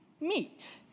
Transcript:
meet